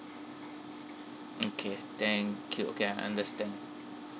mm okay thank you okay I understand